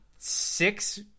six